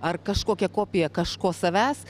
ar kažkokia kopija kažko savęs